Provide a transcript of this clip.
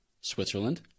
Switzerland